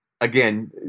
again